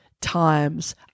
times